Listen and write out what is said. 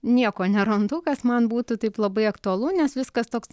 nieko nerandu kas man būtų taip labai aktualu nes viskas toks